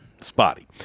spotty